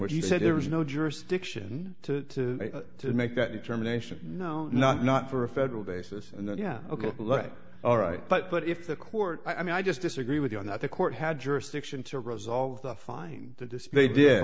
he said there was no jurisdiction to to make that determination no not not for a federal basis and then yeah ok let's all right but but if the court i mean i just disagree with you on that the court had jurisdiction to resolve the find the display did